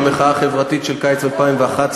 במחאה החברתית של קיץ 2011,